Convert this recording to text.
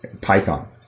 Python